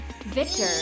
victor